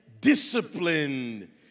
disciplined